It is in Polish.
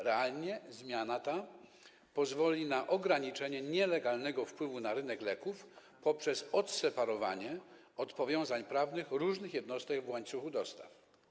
Realnie zmiana ta pozwoli na ograniczenie nielegalnego wpływu na rynek leków poprzez odseparowanie od powiązań prawnych różnych jednostek w łańcuchu dostaw.